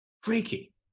Freaky